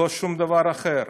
לא על שום דבר אחר.